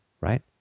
right